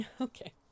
okay